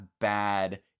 bad